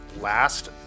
last